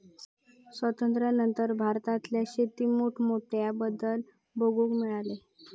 स्वातंत्र्यानंतर भारतातल्या शेतीत मोठमोठे बदल बघूक मिळाले